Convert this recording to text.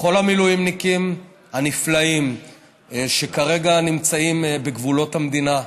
לכל המילואימניקים הנפלאים שכרגע נמצאים בגבולות המדינה,